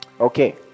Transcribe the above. Okay